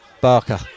Barker